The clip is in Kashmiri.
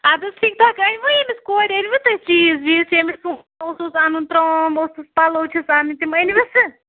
اَدٕ حَظ ٹھیٖک أنوٕ أمِس کوٗرِ أنوٕ تۄہہِ چیٖزِ ویٖز ییٚمِس سُون اوسُس اَنُن ترٛام اوسُس پَلو چھِس اَنٕنۍ تِم أنوٕسُہ